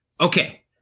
Okay